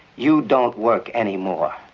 you don't work any more,